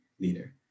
leader